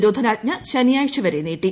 നിരോധനാജ്ഞ ശനിയാഴ്ചവരെ നീട്ടി